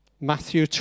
Matthew